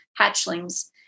hatchlings